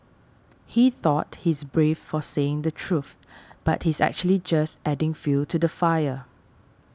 he thought he's brave for saying the truth but he's actually just adding fuel to the fire